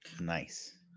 Nice